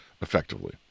effectively